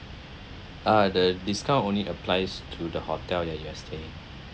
uh the discount only applies to the hotel where you are staying